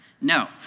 No